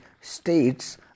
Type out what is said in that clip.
States